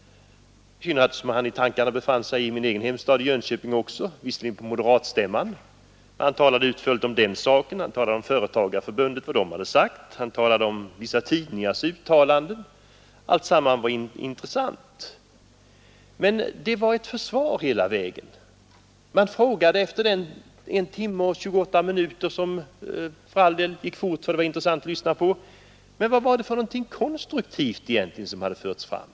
Han befann sig tydligen i tankarna i min hemstad Jönköping, låt vara på moderatstämman. Han talade utförligt om den, han talade om vad Sveriges företagares riksförbund hade sagt, han talade om vissa tidningars uttalanden, och alltsammans var intressant — men det var ett försvar hela vägen. I timme och 28 minuter gick för all del fort — det var ju intressant att lyssna — men man frågade sig: Vad förde finansministern egentligen fram för någonting konstruktivt?